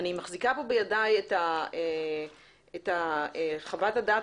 אני מחזיקה פה בידיי את חוות הדעת